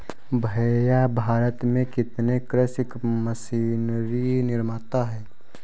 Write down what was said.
भैया भारत में कितने कृषि मशीनरी निर्माता है?